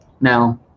Now